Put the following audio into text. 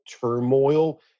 turmoil